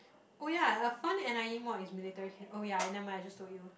oh ya a fun n_i_e mod is military oh ya never mind I just told you